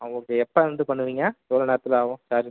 அவங்களுக்கு எப்போ வந்து பண்ணுவீங்க எவ்வளோ நேரத்தில் ஆகும்